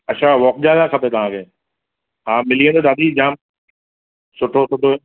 अच्छा वॉक जे लाइ खपे तव्हांखे हा मिली वेंदव दादी जाम सुठो सुठो